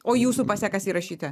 o jūsų pase kas įrašyta